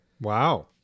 wow